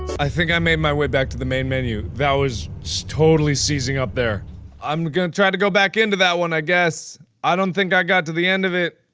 think i made my way back to the main menu that was so totally seizing up there i'm gonna try to go back into that one i guess. i don't think i got to the end of it.